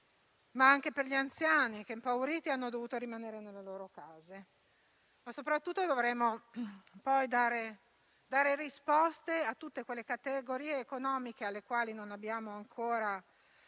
ma anche per gli anziani, che, impauriti, sono dovuti rimanere nelle loro case. Soprattutto dovremo dare risposte a tutte le categorie economiche alle quali non abbiamo ancora